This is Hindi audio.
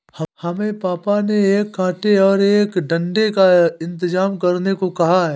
हमें पापा ने एक कांटे और एक डंडे का इंतजाम करने को कहा है